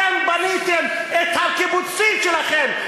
אתם בניתם את הקיבוצים שלכם,